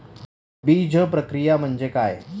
बीजप्रक्रिया म्हणजे काय?